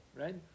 right